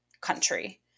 country